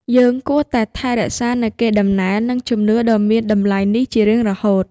យើងគួរតែថែរក្សានូវកេរដំណែល និងជំនឿដ៏មានតម្លៃនេះជារៀងរហូត។